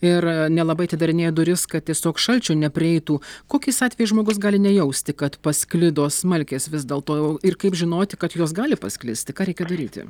ir nelabai atidarinėja duris kad tiesiog šalčio neprieitų kokiais atvejais žmogus gali nejausti kad pasklido smalkės vis dėlto jau ir kaip žinoti kad jos gali pasklisti ką reikia daryti